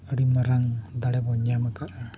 ᱟᱹᱰᱤ ᱢᱟᱨᱟᱝ ᱫᱟᱲᱮ ᱵᱚᱱ ᱧᱟᱢ ᱟᱠᱟᱫᱟ